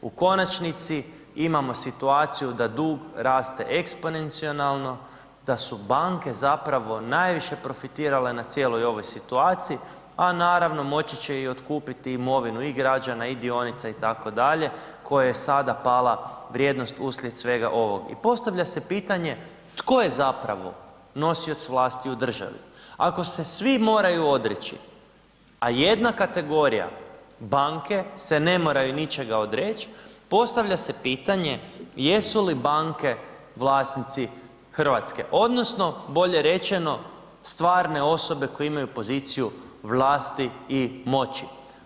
U konačnici imamo situaciju da dug raste eksponencijalno, da su banke zapravo najviše profitirale na cijeloj ovoj situaciji a naravno moći će i otkupiti imovinu i građana i dionice itd., koje je sada pala vrijednost uslijed svega ovog i postavlja se pitanje tko je zapravo nosioc vlasti u državi ako se svi ako se svi moraju odreći a jedna kategorija, banke se ne moraju ničega odreći, postavlja se pitanje, jesu li banke vlasnici Hrvatske odnosno bolje rečeno, stvarne osobe koje imaju poziciju vlasti i moći?